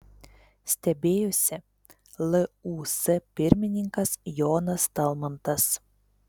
stebėjosi lūs pirmininkas jonas talmantas